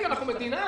אנחנו מדינה.